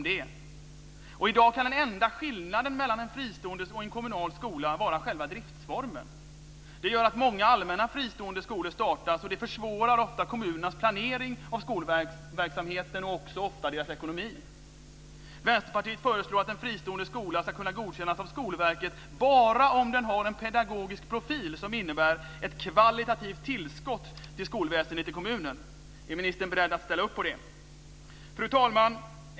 I dag kan enda skillnaden mellan en fristående skola och en kommunal vara själva driftsformen. Det gör att många allmänna fristående skolor startas, vilket försvårar kommunernas planering av skolverksamheten och ofta också deras ekonomi. Vänsterpartiet föreslår att en fristående skola ska kunna godkännas av Skolverket bara om den har en pedagogisk profil som innebär ett kvalitativt tillskott till skolväsendet i kommunen. Är ministern beredd att ställa upp på det? Fru talman!